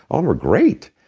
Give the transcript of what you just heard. um are great,